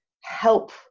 help